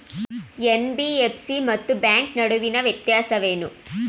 NBFC ಮತ್ತು bank ನಡುವಿನ ವ್ಯತ್ಯಾಸವೇನು?